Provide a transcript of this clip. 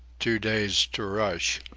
too dazed to rush.